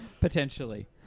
Potentially